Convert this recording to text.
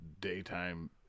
daytime